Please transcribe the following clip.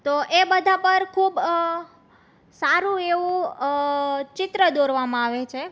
તો એ બધા પર ખૂબ સારું એવું ચિત્ર દોરવામાં આવે છે